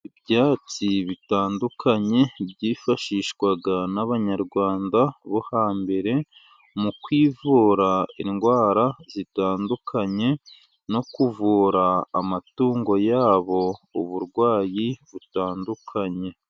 Ibyatsi bitandukanye, ibyifashishwaga n'Abanyarwanda bo hambere mu kwivura indwara zitandukanye, no kuvura amatungo yabo uburwayi butandukanye.